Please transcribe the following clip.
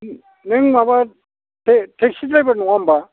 नों माबा बे टेक्सि द्राइभार नङा होनबा